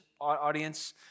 audience